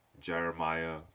Jeremiah